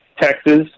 Texas